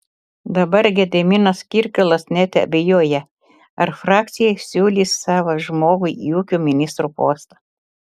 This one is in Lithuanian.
dabar gediminas kirkilas net abejoja ar frakcija siūlys savą žmogų į ūkio ministro postą